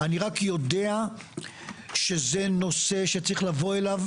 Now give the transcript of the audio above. רק יודע שזה נושא שיש לבוא אליו